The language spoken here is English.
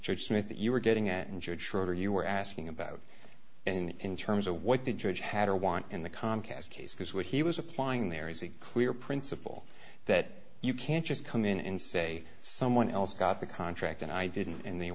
that you were getting at injured schroder you were asking about in terms of what the judge had or want in the comcast case because where he was applying there is a clear principle that you can't just come in and say someone else got the contract and i didn't and they